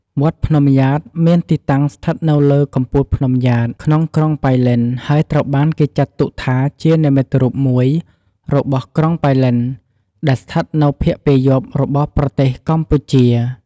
វត្តភ្នំយ៉ាតមានទីតាំងស្ថិតនៅលើកំពូលភ្នំយ៉ាត ក្នុងក្រុងប៉ៃលិន ហើយត្រូវបានគេចាត់ទុកថា ជានិមិត្តរូបមួយរបស់ក្រុងប៉ៃលិនដែលស្ថិតនៅភាគពាយ័ព្យរបស់ប្រទេសកម្ពុជា។